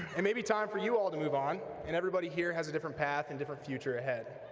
it may be time for you all to move on, and everybody here has a different path and different future ahead,